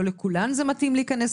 לא לכולן זה מתאים להיכנס